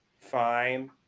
fine